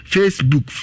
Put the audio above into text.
Facebook